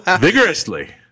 vigorously